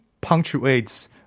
punctuates